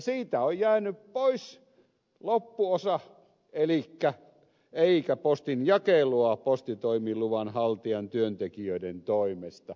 siitä on jäänyt pois loppuosa elikkä eikä postinjakelua postitoimiluvan haltijan työntekijöiden toimesta